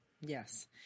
Yes